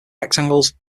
rectangles